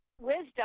wisdom